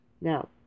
now